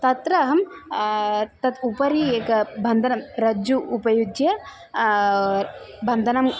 तत्र अहं तत् उपरि एक बन्धनं रज्जुः उपयुज्य बन्धनम्